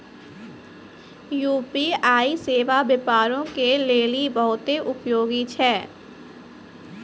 UPI सेबा व्यापारो के लेली बहुते उपयोगी छै